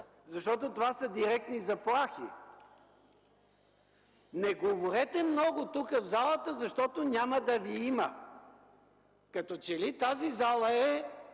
защото това са директни заплахи. „Не говорете много тук, в залата, защото няма да Ви има.” – като че ли тази зала е